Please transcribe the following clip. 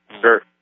Sure